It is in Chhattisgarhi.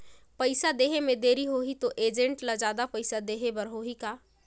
पइसा देहे मे देरी होही तो एजेंट ला जादा पइसा देही बर होही का?